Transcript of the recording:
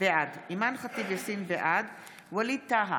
בעד ווליד טאהא,